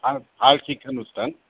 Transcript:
আৰু ভাল শিক্ষানুষ্ঠান